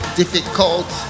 difficult